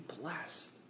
blessed